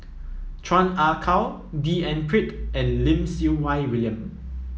Chan Ah Kow D N Pritt and Lim Siew Wai William